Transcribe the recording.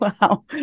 Wow